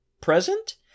present